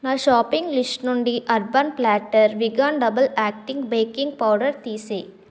నా shopping list నుండి Urban Platter vegan double acting baking powder తీసేయి